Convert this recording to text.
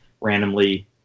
randomly